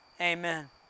Amen